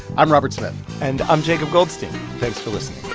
i'm robert smith and i'm jacob goldstein thanks for listening